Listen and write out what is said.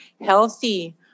healthy